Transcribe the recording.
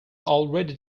already